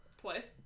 Twice